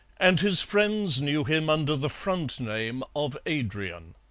and his friends knew him under the front-name of adrian.